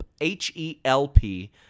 H-E-L-P